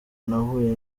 nahuye